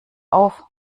auf